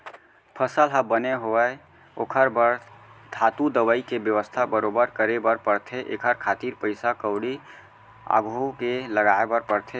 फसल ह बने होवय ओखर बर धातु, दवई के बेवस्था बरोबर करे बर परथे एखर खातिर पइसा कउड़ी अघुवाके लगाय बर परथे